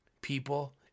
People